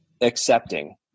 accepting